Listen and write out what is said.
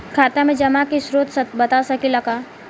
खाता में जमा के स्रोत बता सकी ला का?